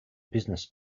business